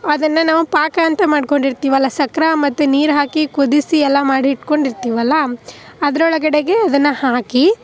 ಅದನ್ನು ನಾವು ಪಾಕ ಅಂತ ಮಾಡ್ಕೊಂಡಿರ್ತೀವಲ್ಲ ಸಕ್ರೆ ಮತ್ತು ನೀರು ಹಾಕಿ ಕುದಿಸಿ ಎಲ್ಲ ಮಾಡಿ ಇಟ್ಕೊಂಡಿರ್ತೀವಲ್ಲ ಅದರೊಳಗಡೆಗೆ ಅದನ್ನು ಹಾಕಿ